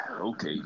Okay